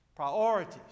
priorities